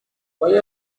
why